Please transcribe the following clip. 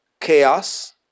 chaos